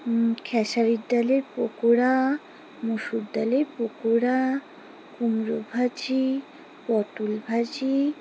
খেসারির ডালের পকৌড়া মসুর ডালের পকৌড়া কুমড়ো ভাজি পটল ভাজি